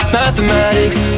mathematics